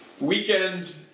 weekend